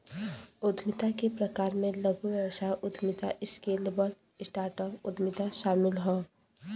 उद्यमिता के प्रकार में लघु व्यवसाय उद्यमिता, स्केलेबल स्टार्टअप उद्यमिता शामिल हौ